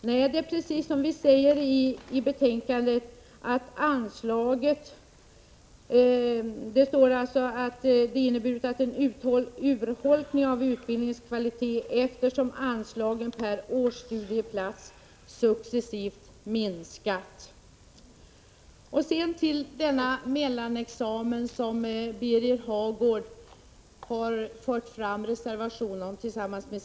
Nej, det är precis som vi skriver i betänkandet, att det fria tillträdet ”inneburit en urholkning av utbildningens kvalitet eftersom anslagen per årsstudieplats successivt minskat”. Birger Hagård har tillsammans med sina partikamrater skrivit en reservation som gäller mellanexamen.